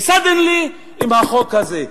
ו-suddenly עם החוק הזה.